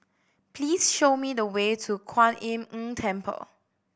please show me the way to Kuan Im Tng Temple